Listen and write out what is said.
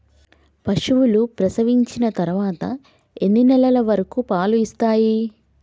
పశువులు ప్రసవించిన తర్వాత ఎన్ని నెలల వరకు పాలు ఇస్తాయి?